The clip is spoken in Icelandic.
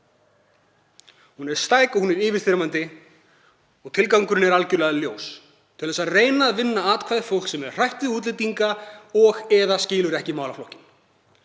Hún er stæk og hún er yfirþyrmandi og tilgangurinn er algerlega ljós: Að reyna að vinna atkvæði fólks sem er hrætt við útlendinga og/eða skilur ekki málaflokkinn.